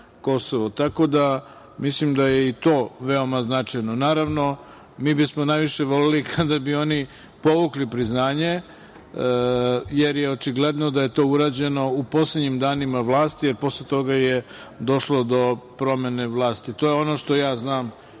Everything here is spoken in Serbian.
da, mislim da je i to veoma značajno. Naravno, mi bismo najviše voleli kada bi oni povukli priznanje, jer je očigledno da je to urađeno u poslednjim danima vlasti, jer posle toga je došlo do promene vlasti. To je ono što ja znam